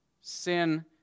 Sin